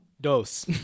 Dos